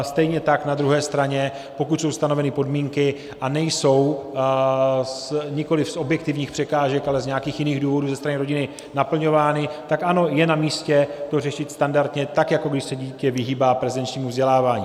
Stejně tak na druhé straně, pokud jsou stanoveny podmínky a nejsou nikoliv z objektivních překážek, ale z nějakých jiných důvodů ze strany rodiny naplňovány, tak ano, je namístě to řešit standardně tak, jako když se dítě vyhýbá prezenčnímu vzdělávání.